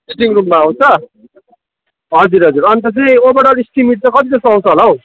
sitting रूममा आउँछ हजुर हजुर अन्त चाहिँ ओभरअल एस्टिमेट चाहिँ कति जस्तो आउँछ होला हो